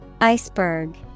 Iceberg